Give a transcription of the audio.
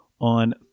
on